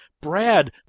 brad